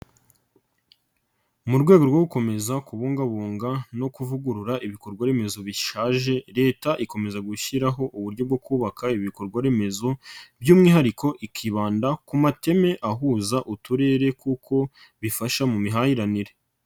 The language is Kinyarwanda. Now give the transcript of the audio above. Mu rwego rwo gukomeza kubungabunga no kuvugurura ibikorwaremezo bishaje, Leta ikomeza gushyiraho uburyo bwo kubaka ibi bikorwaremezo by'umwihariko ikibanda ku mateme ahuza uturere kuko bifasha mu mihahiranire.